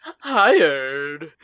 Hired